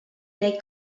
neu